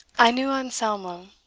i knew anselmo.